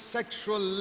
sexual